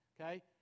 Okay